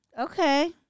Okay